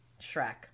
Shrek